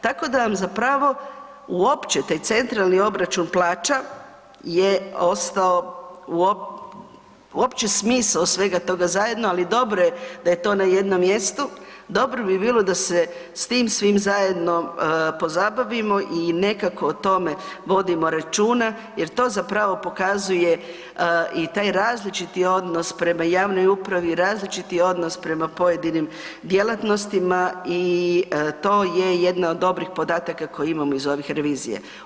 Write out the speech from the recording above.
Tako da vam zapravo, uopće taj COP je ostao uopće smisao svega toga zajedno, ali dobro je da je to na jednom mjestu, dobro bi bilo da se s tim svim zajedno pozabavimo i nekako o tome vodimo računa jer to zapravo pokazuje i taj različiti odnos prema javnoj upravi, različiti odnos prema pojedinim djelatnostima i to je jedna od dobrih podataka koje imamo iz ovih revizija.